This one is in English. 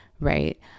right